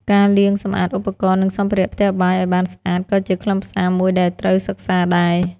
ការលាងសម្អាតឧបករណ៍ និងសម្ភារៈផ្ទះបាយឱ្យបានស្អាតក៏ជាខ្លឹមសារមួយដែលត្រូវសិក្សាដែរ។